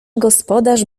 gospodarz